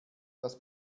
dass